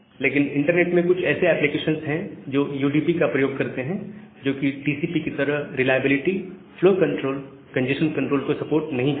लेकिन इंटरनेट में कुछ ऐसे एप्लीकेशन हैं जो यूडीपी का प्रयोग करते हैं जोकि टीसीपी की तरह reliability flow control congestion control को सपोर्ट नहीं करते